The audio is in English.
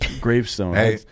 gravestone